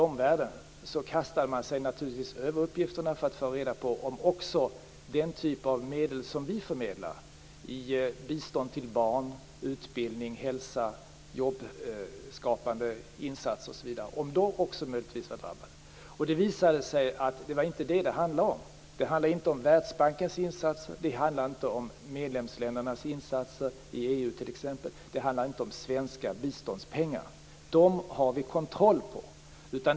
Omvärlden kastade sig då naturligtvis över dessa uppgifter för att ta reda på om också den typ av medel som vi förmedlar i bistånd till barn, utbildning, hälsa, jobbskapande insatser osv. möjligtvis var berörda. Det visade sig att detta handlade inte om Världsbankens insatser, inte om EU-medlemsländernas insatser och inte om svenska biståndspengar. Dessa pengar har vi kontroll över.